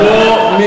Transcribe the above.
בהתגלמותו.